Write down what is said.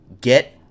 Get